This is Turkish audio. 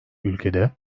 ülkede